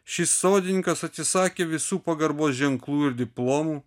šis sodininkas atsisakė visų pagarbos ženklų ir diplomų